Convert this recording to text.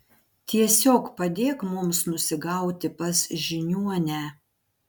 tiesiog padėk mums nusigauti pas žiniuonę